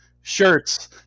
shirts